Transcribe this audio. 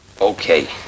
Okay